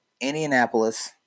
Indianapolis